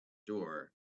door